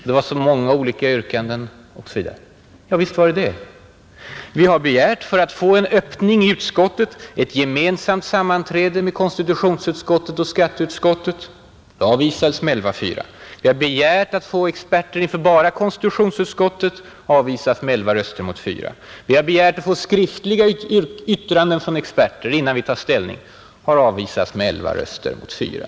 Det var så många olika yrkanden osv. Ja, visst var det så. För att få en öppning i utskottet har vi begärt ett gemensamt sammanträde med konstitutionsutskottet och skatteutskottet. Detta förslag har avvisats med röstsiffrorna 11—4. Vi har begärt att få experter inkallade enbart inför konstitutionsutskottet. Det har också avvisats med 11—4. Vi har begärt att få skriftliga yttranden från experter innan vi tar ställning. Det har avvisats med 11 röster mot 4.